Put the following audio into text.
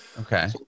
Okay